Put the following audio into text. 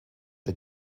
der